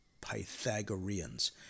Pythagoreans